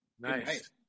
Nice